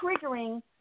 triggering